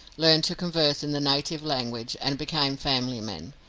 learned to converse in the native language, and became family men.